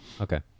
okay